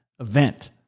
event